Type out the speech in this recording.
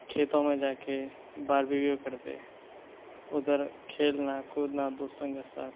کھیتوں میں جا کے باربیکیو کرتے ادھر کھیلنا کودنا دوستوں کے ساتھ